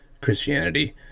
Christianity